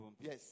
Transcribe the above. Yes